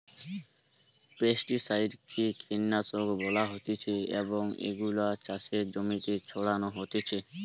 pesticide কে কীটনাশক বলা হতিছে এবং এগুলো চাষের জমিতে ছড়ানো হতিছে